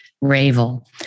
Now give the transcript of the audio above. Ravel